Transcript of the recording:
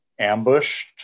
ambushed